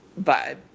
vibe